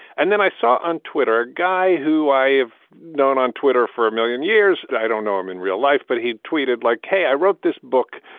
and then i saw on twitter a guy who i have known on twitter for a million years. i don't know him in real life, but he'd tweeted like, hey, i wrote this book.